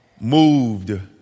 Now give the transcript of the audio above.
moved